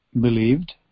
believed